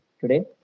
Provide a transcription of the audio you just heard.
today